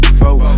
four